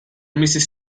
mrs